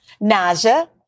Naja